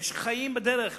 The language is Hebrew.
יש חיים בדרך,